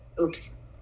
Oops